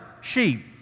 sheep